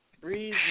Breeze